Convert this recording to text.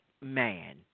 man